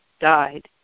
died